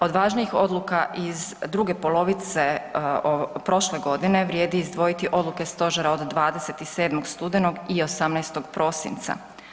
Od važnijih odluka iz druge polovice prošle godine vrijedi izdvojiti odluke stožera od 27. studenog i 18. prosinca.